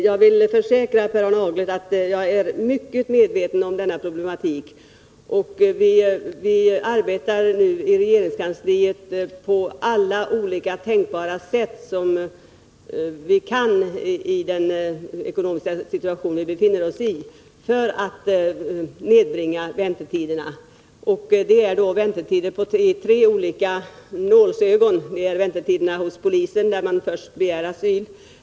Jag försäkrar Per Arne Aglert att jag är mycket medveten om denna problematik, och vi arbetar nu i regeringskansliet på alla tänkbara sätt i den ekonomiska situation vi befinner oss i för att nedbringa väntetiderna. Det är tre olika väntetider som är nålsögon. Det är väntetiden hos polisen, där man först begär asyl.